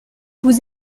vous